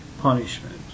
punishment